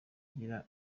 ugira